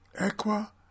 Equa